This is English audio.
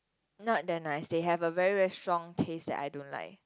not that nice they have a very very strong taste that I don't like